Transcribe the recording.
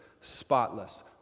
spotless